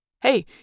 Hey